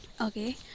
okay